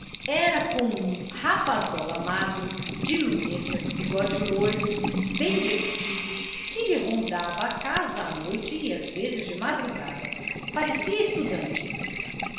era com um rapazola magro de lunetas bigode louro bem vestido que lhe rondava a casa à noite e às vezes de madrugada parecia estudante